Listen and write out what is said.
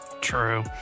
True